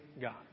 God